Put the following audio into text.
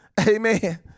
Amen